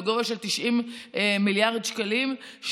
בגובה 90 מיליארד שקלים,